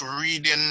reading